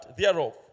thereof